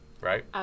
right